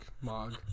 Mog